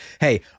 Hey